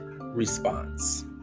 response